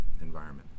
environment